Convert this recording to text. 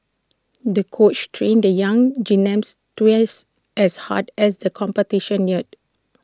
the coach trained the young twice as hard as the competition neared